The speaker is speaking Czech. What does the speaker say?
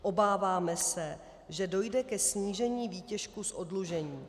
Obáváme se, že dojde ke snížení výtěžku z oddlužení.